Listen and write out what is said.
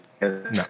No